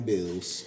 Bills